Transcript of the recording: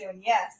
yes